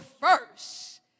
first